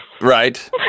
right